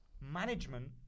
management